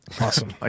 awesome